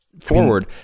forward